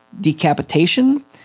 decapitation